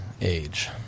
age